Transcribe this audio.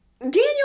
Daniel